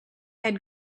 had